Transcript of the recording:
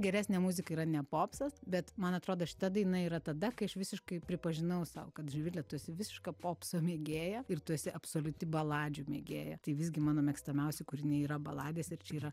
geresnė muzika yra ne popsas bet man atrodo šita daina yra tada kai aš visiškai pripažinau sau kad živile tu esi visiška popso mėgėja ir tu esi absoliuti baladžių mėgėja tai visgi mano mėgstamiausi kūriniai yra baladės ir čia yra